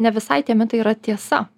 ne visai tie metai yra tiesa